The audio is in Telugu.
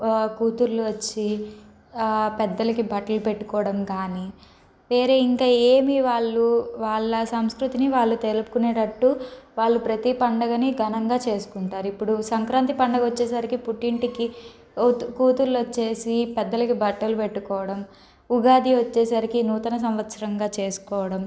వా కూతుర్లు వచ్చీ పెద్దలకి బట్టలు పెట్టుకోవడం కానీ వేరే ఇంకా ఏమి వాళ్ళు వాళ్ళ సంస్కృతిని వాళ్ళు తెలుపుకునేటట్టు వాళ్ళు ప్రతీ పండుగని ఘనంగా చేసుకుంటారు ఇప్పుడు సంక్రాంతి పండుగ వచ్చేసరికి పుట్టింటికి ఓ కూతుర్లు వచ్చేసి పెద్దలకి బట్టలు పెట్టుకోవటం ఉగాది వచ్చేసరికి నూతన సంవత్సరంగా చేసుకోవడం